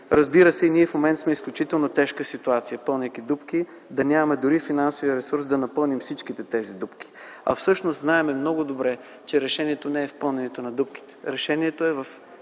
Разбира се, ние в момента сме в изключително тежка ситуация – пълнейки дупки. Да нямаме дори финансовия ресурс да напълним всичките тези дупки, а всъщност знаем много добре, че решението не е в пълненето на дупките. Решението е в